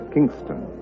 Kingston